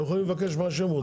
הם יכולים לבקש מה שהם רוצים.